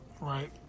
right